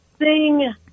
sing